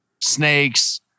snakes